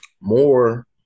more